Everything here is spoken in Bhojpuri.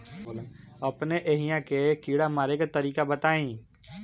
अपने एहिहा के कीड़ा मारे के तरीका बताई?